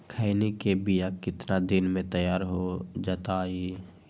खैनी के बिया कितना दिन मे तैयार हो जताइए?